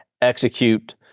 execute